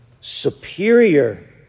Superior